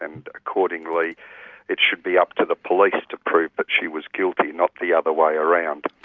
and accordingly it should be up to the police to prove that she was guilty, not the other way around.